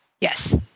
Yes